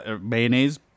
Mayonnaise